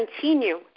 continue